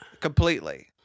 completely